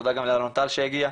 תודה גם לאלון טל שהגיע.